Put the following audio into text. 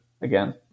again